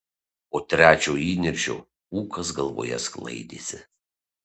po trečio įniršio ūkas galvoje sklaidėsi